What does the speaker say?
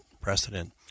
precedent